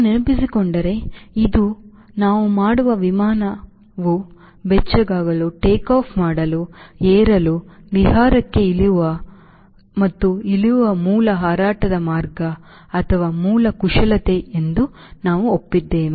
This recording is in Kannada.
ನಾವು ನೆನಪಿಸಿಕೊಂಡರೆ ಇದು ನಾವು ಮಾಡುವ ವಿಮಾನವು ಬೆಚ್ಚಗಾಗಲು ಟೇಕ್ಆಫ್ ಮಾಡಲು ಏರಲು ವಿಹಾರಕ್ಕೆ ಇಳಿಯುವ ಮತ್ತು ಇಳಿಯುವ ಮೂಲ ಹಾರಾಟದ ಮಾರ್ಗ ಅಥವಾ ಮೂಲ ಕುಶಲತೆ ಎಂದು ನಾವು ಒಪ್ಪಿದ್ದೇವೆ